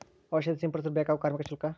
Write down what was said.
ಔಷಧಿ ಸಿಂಪಡಿಸಲು ಬೇಕಾಗುವ ಕಾರ್ಮಿಕ ಶುಲ್ಕ?